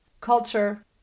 culture